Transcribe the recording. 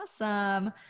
Awesome